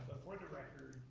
ah for the record,